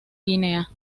guinea